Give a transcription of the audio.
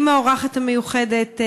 עם האורחת המיוחדת,